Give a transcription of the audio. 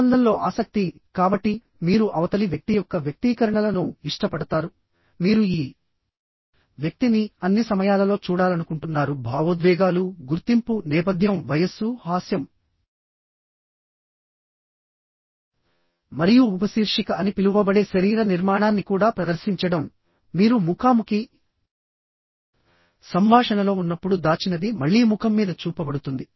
సంబంధంలో ఆసక్తి కాబట్టి మీరు అవతలి వ్యక్తి యొక్క వ్యక్తీకరణలను ఇష్టపడతారుమీరు ఈ వ్యక్తిని అన్ని సమయాలలో చూడాలనుకుంటున్నారు భావోద్వేగాలుగుర్తింపు నేపథ్యం వయస్సు హాస్యం మరియు ఉపశీర్షిక అని పిలువబడే శరీర నిర్మాణాన్ని కూడా ప్రదర్శించడంమీరు ముఖాముఖి సంభాషణలో ఉన్నప్పుడు దాచినది మళ్లీ ముఖం మీద చూపబడుతుంది